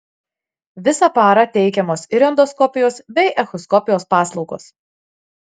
visą parą teikiamos ir endoskopijos bei echoskopijos paslaugos